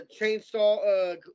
chainsaw